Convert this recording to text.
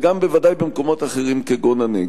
ובוודאי גם במקומות אחרים, כגון הנגב.